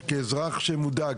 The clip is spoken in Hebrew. כאזרח מודאג,